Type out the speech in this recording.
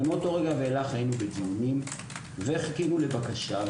מאותו רגע היינו בדיונים וחיכינו לבקשה.